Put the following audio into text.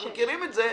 אנחנו מכירים את זה.